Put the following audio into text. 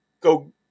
go